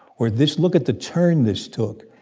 or this look at the turn this took.